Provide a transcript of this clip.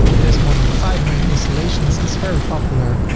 it has more than five million installations is fairly popular.